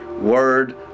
word